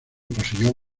poseyó